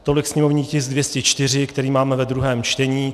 Tolik sněmovní tisk 204, který máme ve druhém čtení.